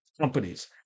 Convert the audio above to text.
companies